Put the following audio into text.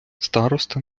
староста